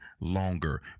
longer